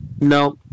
No